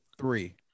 three